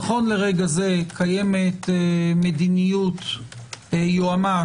נכון לרגע זה קיימת מדיניות יועמ"ש,